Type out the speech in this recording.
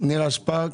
נירה שפק,